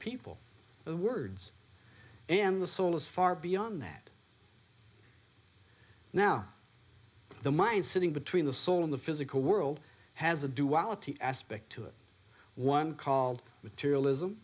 people the words and the soul is far beyond that now the mind sitting between the soul in the physical world has a duality aspect to it one called materialism